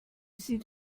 sieht